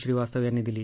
श्रीवास्तव यांनी दिली